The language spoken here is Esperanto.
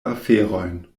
aferojn